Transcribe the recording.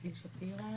גיל שפירא